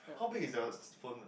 how big is their phone